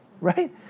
right